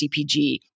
CPG